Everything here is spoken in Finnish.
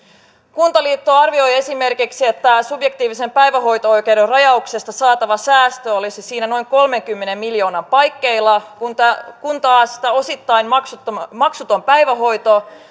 kuntaliitto arvioi esimerkiksi että subjektiivisen päivähoito oikeuden rajauksesta saatava säästö olisi siinä noin kolmenkymmenen miljoonan paikkeilla kun taas tämä osittain maksuton päivähoito